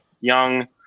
Young